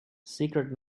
secret